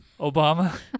obama